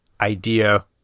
idea